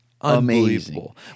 unbelievable